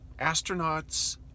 astronauts